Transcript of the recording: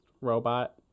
robot